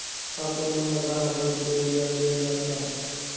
आपण मला दहा हजार रुपये उधार देणार का?